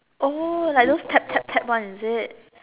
like those tap tap tap one is it